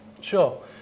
Sure